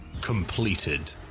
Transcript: completed